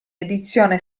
edizione